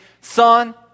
son